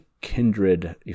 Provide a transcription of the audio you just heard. kindred